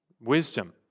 wisdom